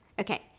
Okay